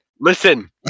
Listen